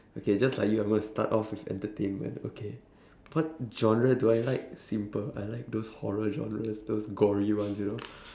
okay just like you I'm going to start off with entertainment okay what genre do I like simple I like those horror genres those gory ones you know